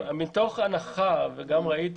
מתוך הנחה וגם ראיתי